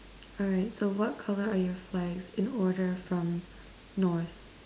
alright so what colour are your flags in order from north